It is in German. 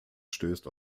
stößt